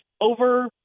over